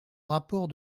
rapport